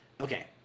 okay